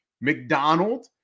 McDonald